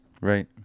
Right